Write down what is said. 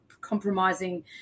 compromising